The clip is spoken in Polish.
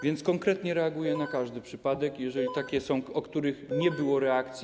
Więc konkretnie reaguję na każdy przypadek i jeżeli takie są, w których nie było reakcji.